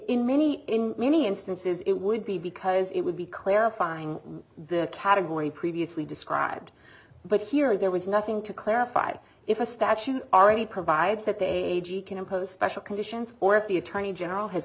in many many instances it would be because it would be clarifying the category previously described but here there was nothing to clarify if a statute already provides that they can impose special conditions or if the attorney general has